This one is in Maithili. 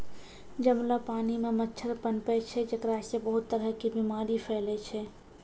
जमलो पानी मॅ मच्छर पनपै छै जेकरा सॅ बहुत तरह के बीमारी फैलै छै